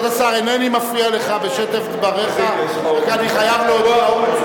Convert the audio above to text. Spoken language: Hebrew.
תעשה הצבעה עכשיו אם יש לך אומץ.